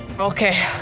Okay